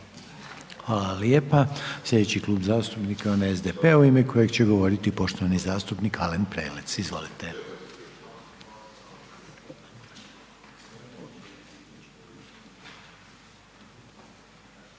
Hvala lijepa. Slijedeći Klub zastupnika je onaj SDP-a, u ime kojeg će govoriti poštovani zastupnik Alen Prelec. Izvolite.